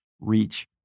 reach